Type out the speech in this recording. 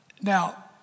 Now